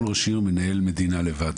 כל ראש עיר מנהל מדינה לבד,